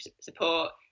support